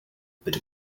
but